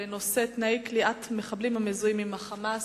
בנושא: תנאי כליאת מחבלים המזוהים עם ה"חמאס".